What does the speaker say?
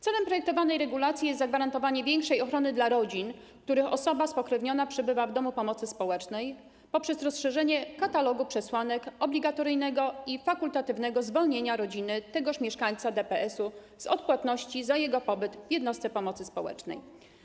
Celem projektowanej regulacji jest zagwarantowanie większej ochrony rodzinom, których osoby spokrewnione przebywają w domach pomocy społecznej, poprzez rozszerzenie katalogu przesłanek obligatoryjnego i fakultatywnego zwolnienia rodzin tych mieszkańców DPS-ów z odpłatności za ich pobyt w jednostkach pomocy społecznej.